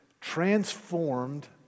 transformed